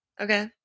Okay